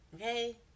Okay